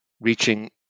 reaching